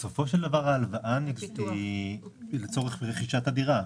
בסופו של דבר ההלוואה היא לצורך רכישת הדירה.